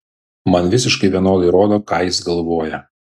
man visiškai vienodai rodo ką jis galvoja